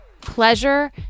pleasure